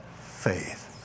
faith